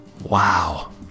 Wow